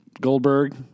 Goldberg